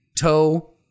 Toe